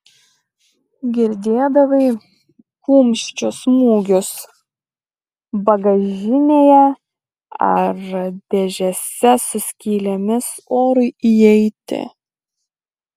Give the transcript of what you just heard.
girdėdavai kumščių smūgius bagažinėje ar dėžėse su skylėmis orui įeiti